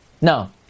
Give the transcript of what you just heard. No